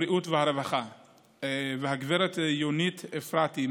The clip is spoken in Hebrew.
הבריאות והרווחה והגב' יונית אפרתי,